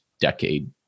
decade